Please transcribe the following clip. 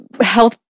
health